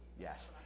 Yes